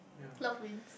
love wins